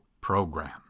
program